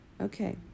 Okay